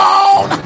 on